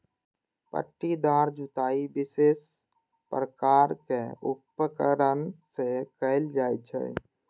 पट्टीदार जुताइ विशेष प्रकारक उपकरण सं कैल जाइ छै